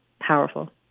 Powerful